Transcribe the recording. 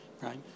right